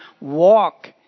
walk